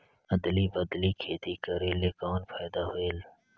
अदली बदली खेती करेले कौन फायदा होयल?